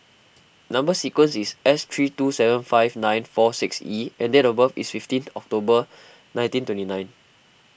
Number Sequence is S three two seven five nine four six E and date of birth is fifteenth October nineteen twenty nine